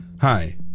Hi